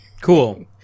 Cool